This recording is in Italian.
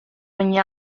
ogni